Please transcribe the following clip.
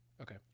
okay